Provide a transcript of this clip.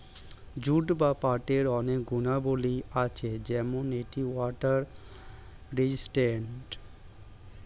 jute বা পাটের অনেক গুণাবলী আছে যেমন এটি ওয়াটার রেজিস্ট্যান্স